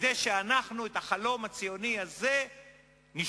כדי שאנחנו, את החלום הציוני הזה נשמור.